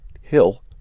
hill